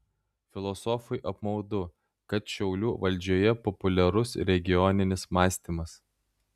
filosofui apmaudu kad šiaulių valdžioje populiarus regioninis mąstymas